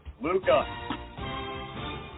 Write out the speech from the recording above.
Luca